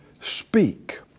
speak